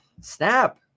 Snap